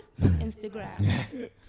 instagram